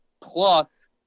plus